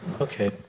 Okay